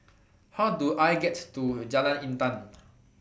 How Do I get to Jalan Intan